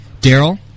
Daryl